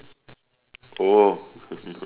oh